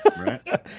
right